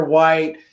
White